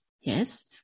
Yes